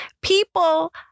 people